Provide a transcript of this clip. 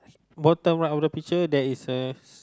bottom right of the picture there is a